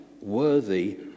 worthy